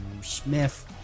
Smith